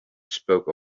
spoke